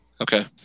Okay